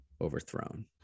overthrown